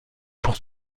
pour